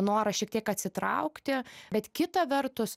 norą šiek tiek atsitraukti bet kita vertus